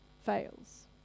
fails